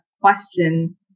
question